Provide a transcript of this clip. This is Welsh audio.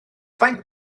faint